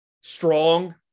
Strong